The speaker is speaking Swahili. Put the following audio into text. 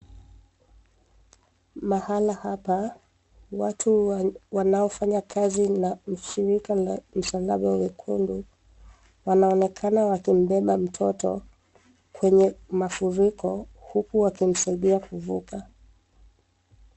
Mahala hapa, watu wanaofanya kazi na ushirika la msalaba mwekundu wanaonekana wakimbeba mtoto kwenye mafuriko huku wakimsaidia kuvuka.